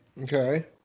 okay